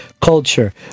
culture